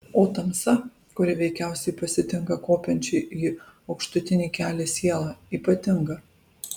o tamsa kuri veikiausiai pasitinka kopiančią į aukštutinį kelią sielą ypatinga